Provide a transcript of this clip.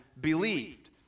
believed